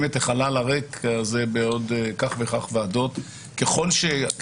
עוד ערב המשבר חברתי פנינה תמנו שטה,